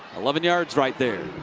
eleven yards right there.